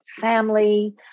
family